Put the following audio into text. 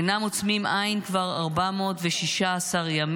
אינם עוצמים עין כבר 416 ימים,